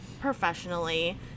professionally